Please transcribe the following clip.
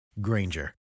Granger